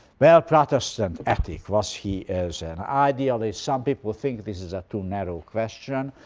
well protestant ethic was he as an idealist? some people think this is a too narrow question.